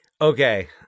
Okay